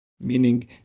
Meaning